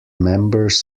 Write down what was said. members